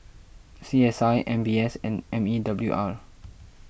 C S I M B S and M E W R